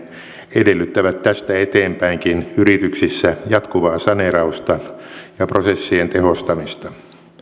edellyttävät tästä eteenpäinkin yrityksissä jatkuvaa saneerausta ja prosessien tehostamista